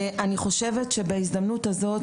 אני חושבת שכבר בהזדמנות הזאת,